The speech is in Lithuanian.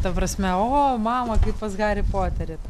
ta prasme o mama kaip pas harį poterį